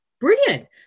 brilliant